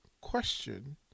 question